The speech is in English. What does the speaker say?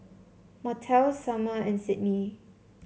Martell Sumner and Sydney